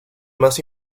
más